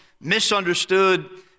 misunderstood